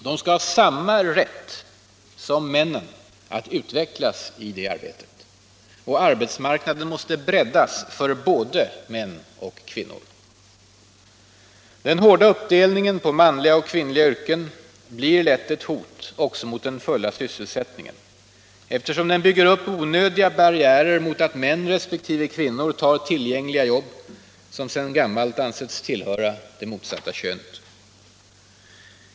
De skall ha samma rätt Arbetsmarknadspolitiken ÅArbetsmarknadspolitiken som män att utvecklas i arbetet. Och arbetsmarknaden måste breddas för både män och kvinnor. Den hårda uppdelningen på manliga och kvinnliga yrken blir lätt ett hot också mot den fulla sysselsättningen, eftersom den bygger upp onödiga barriärer mot att män resp. kvinnor tar tillgängliga jobb som sedan gammalt ansetts tillhöra det motsatta könet.